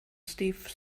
steve